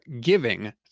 giving